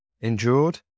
endured